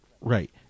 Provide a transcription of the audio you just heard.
Right